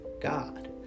God